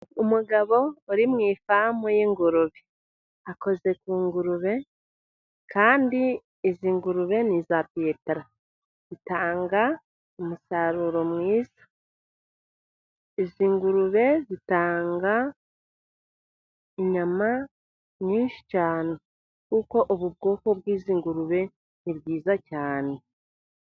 Umugabo uri mu ifamu y'ingurube. Akoze ku ngurube kandi izi ngurube ni iza Piyetara. Zitanga umusaruro mwiza. Izi ngurube zitanga inyama nyinshi cyane kuko, ubu bwoko bw'izi ngurube ni bwiza cyane.